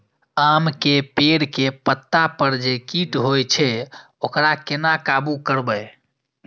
आम के पेड़ के पत्ता पर जे कीट होय छे वकरा केना काबू करबे?